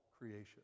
creation